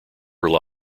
rely